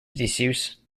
disuse